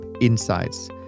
insights